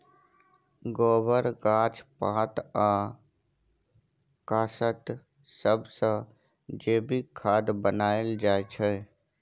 गोबर, गाछ पात आ कासत सबसँ जैबिक खाद बनाएल जाइ छै